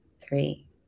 three